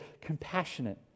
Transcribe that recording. compassionate